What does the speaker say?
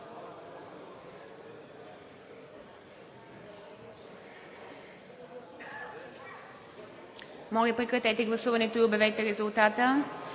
Моля, прекратете гласуването и обявете резултата.